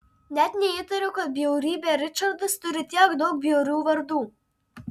net neįtariau kad bjaurybė ričardas turi tiek daug bjaurių vardų